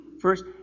first